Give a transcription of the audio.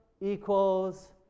equals